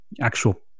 actual